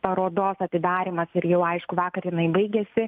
parodos atidarymas ir jau aišku vakar jinai baigėsi